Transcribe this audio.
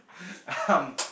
um